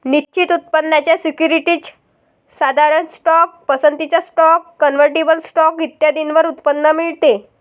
निश्चित उत्पन्नाच्या सिक्युरिटीज, साधारण स्टॉक, पसंतीचा स्टॉक, कन्व्हर्टिबल स्टॉक इत्यादींवर उत्पन्न मिळते